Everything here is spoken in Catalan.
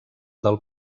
del